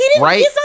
Right